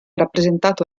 rappresentato